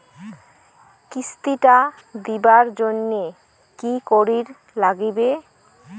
কিস্তি টা দিবার জন্যে কি করির লাগিবে?